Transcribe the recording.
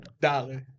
Dollar